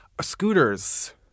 scooters